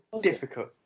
difficult